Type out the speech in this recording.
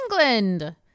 England